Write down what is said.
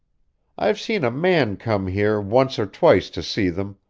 i've seen a man come here once or twice to see them,